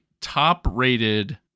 top-rated